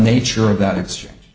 nature of that exchange